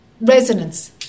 resonance